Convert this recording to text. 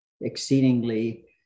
exceedingly